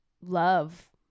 love